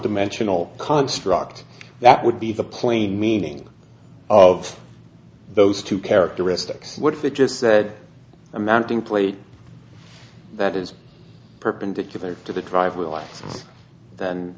dimensional construct that would be the plain meaning of those two characteristics what if it just said a mounting plate that is perpendicular to the driveway l